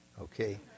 Okay